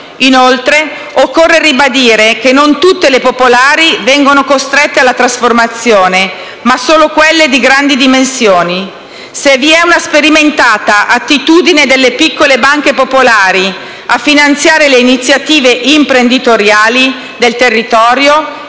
Inoltre, occorre ribadire che non tutte le banche popolari vengono costrette alla trasformazione, ma solo quelle di grandi dimensioni. Se vi è una sperimentata attitudine delle piccole banche popolari a finanziare le iniziative imprenditoriali del territorio,